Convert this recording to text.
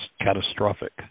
catastrophic